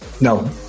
no